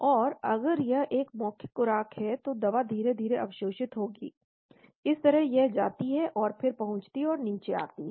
लेकिन अगर यह एक मौखिक खुराक है तो दवा धीरे धीरे अवशोषित होगी इस तरह यह जाती है और फिर पहुंचती है और नीचे आती है